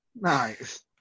Nice